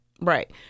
right